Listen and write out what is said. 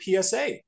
PSA